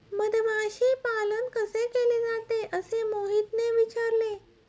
मधमाशी पालन कसे केले जाते? असे मोहितने विचारले